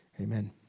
Amen